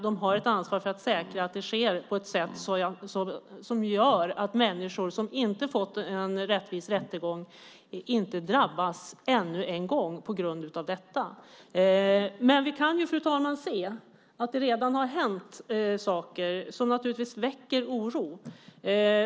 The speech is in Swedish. De har ett ansvar för att säkra att det sker på ett sådant sätt att människor som inte fått en rättvis rättegång inte drabbas ännu en gång på grund av detta. Fru talman! Vi kan se att det redan har hänt saker som väcker oro.